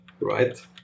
Right